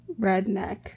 Redneck